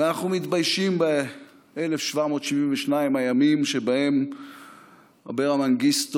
ואנחנו מתביישים ב-1,772 הימים שבהם אברה מנגיסטו